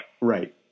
right